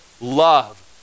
love